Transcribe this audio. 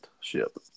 ship